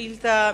שאילתא מס'